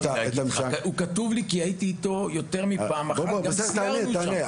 הוא כתוב לי כי הייתי אתו יותר מפעם אחת וגם סיירנו איתם.